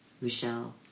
Michelle